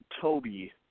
Toby